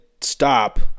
stop